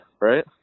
right